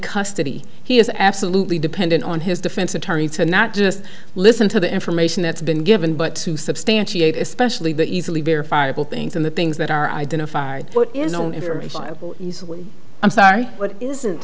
custody he is absolutely dependent on his defense attorney to not just listen to the information that's been given but to substantiate especially the easily verifiable things and the things that are identified in an interview i'm sorry but it isn't